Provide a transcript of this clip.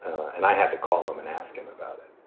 and i had to call him and ask him about it.